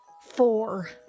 Four